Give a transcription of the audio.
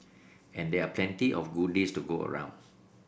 and there are plenty of goodies to go around